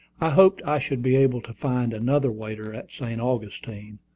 i hoped i should be able to find another waiter at st. augustine,